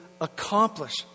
accomplish